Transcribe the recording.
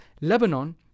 Lebanon